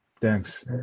Thanks